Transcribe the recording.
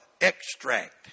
extract